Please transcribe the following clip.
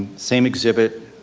same exhibit,